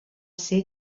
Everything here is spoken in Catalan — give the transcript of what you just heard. ser